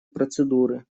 процедуры